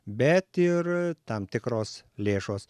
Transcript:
bet ir tam tikros lėšos